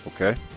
Okay